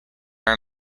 are